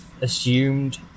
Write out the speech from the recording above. assumed